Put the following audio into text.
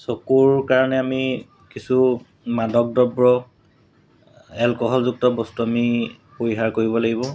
চকুৰ কাৰণে আমি কিছু মাদক দ্ৰব্য এলকহলযুক্ত বস্তু আমি পৰিহাৰ কৰিব লাগিব